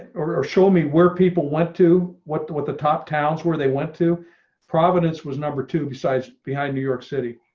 or show me where people went to what what the top towns where they went to providence was number two, besides behind new york city.